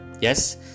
yes